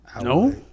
No